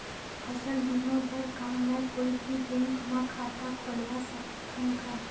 फसल बीमा बर का मैं कोई भी बैंक म खाता खोलवा सकथन का?